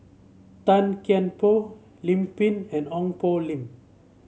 Tan Kian Por Lim Pin and Ong Poh Lim